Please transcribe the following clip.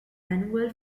annual